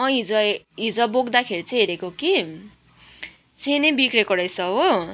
हिजो हिजो बोक्दाखेरि चाहिँ हेरेको कि चेन नै बिग्रेको रहेछ हो